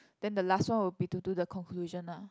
then the last one will be to do the conclusion lah